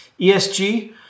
ESG